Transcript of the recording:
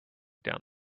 down